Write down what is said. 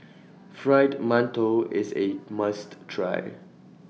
Fried mantou IS A must Try